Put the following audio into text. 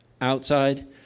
outside